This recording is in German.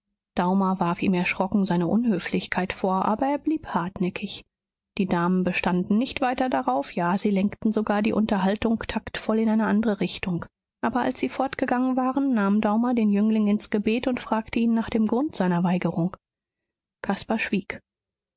daumer warf ihm erschrocken seine unhöflichkeit vor aber er blieb hartnäckig die damen bestanden nicht weiter darauf ja sie lenkten sogar die unterhaltung taktvoll in eine andre richtung aber als sie fortgegangen waren nahm daumer den jüngling ins gebet und fragte ihn nach dem grund seiner weigerung caspar schwieg